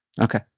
Okay